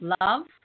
love